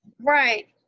Right